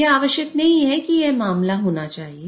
यह आवश्यक नहीं है कि यह मामला होना चाहिए